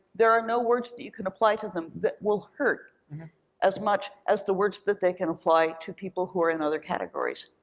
there are no words that you can apply to them that will hurt as much as the words that they can apply to people who are in other categories.